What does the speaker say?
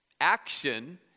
Action